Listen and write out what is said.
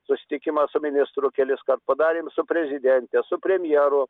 susitikimą su ministru keliskart padarėm su prezidente su premjeru